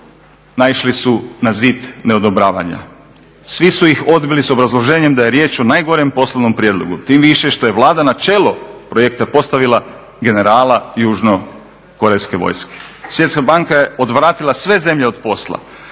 naišli su na zid neodobravanja. Svi su ih odbili s obrazloženjem da je riječ o najgorem poslovnom prijedlogu. Tim više što je Vlada na čelo projekta postavila generala južnokorejske vojske. Svjetska banka je odvratila sve zemlje od posla,